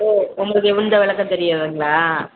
ஓ உங்களுக்கு எந்த விளக்கம் தெரியாதுங்களா